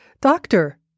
Doctor